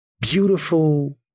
beautiful